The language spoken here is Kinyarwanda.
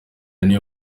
niyo